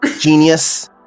Genius